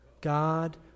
God